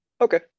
Okay